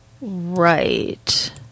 Right